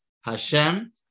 Hashem